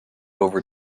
over